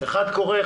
אחד קורא,